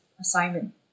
assignment